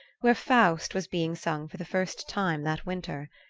where faust was being sung for the first time that winter.